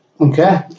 Okay